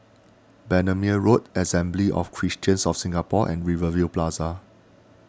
Bendemeer Road Assembly of Christians of Singapore and Rivervale Plaza